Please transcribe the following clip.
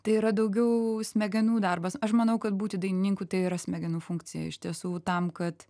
tai yra daugiau smegenų darbas aš manau kad būti dainininku tai yra smegenų funkcija iš tiesų tam kad